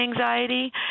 anxiety